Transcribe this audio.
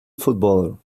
footballer